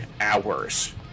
hours